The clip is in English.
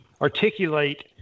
articulate